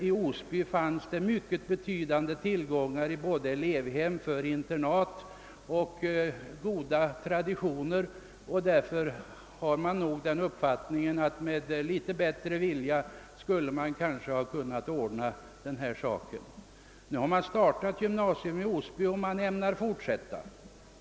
I Osby finns det både mycket betydande tillgångar när det gäller förläggningsmöjligheter för internateleverna och goda traditioner, och därför har jag den uppfattningen att man med litet bättre vilja kanske skulle ha kunnat ordna den här saken. Nu har man startat ett gymnasium i Osby och man ämnar fortsätta.